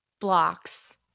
blocks